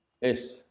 Yes